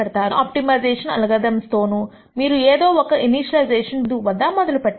మీరు అన్ని optimization algorithms తోనూ మీరు ఏదో ఒక ఇనీషియలైజేషన్ బిందువు వద్ద మొదలు పెట్టాలి